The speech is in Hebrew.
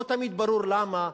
לא תמיד ברור למה.